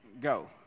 Go